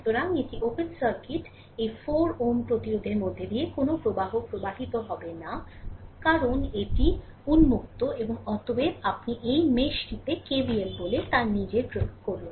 সুতরাং এটি open circuit সুতরাং এই 4 Ω প্রতিরোধের মধ্য দিয়ে কোনও প্রবাহ প্রবাহিত হবে না কারণ এটি উন্মুক্ত এবং অতএব আপনি এই মেশটিতে KVL বলে তার নিজের প্রয়োগ করুন